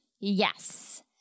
Yes